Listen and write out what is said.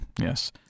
Yes